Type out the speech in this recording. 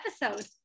episode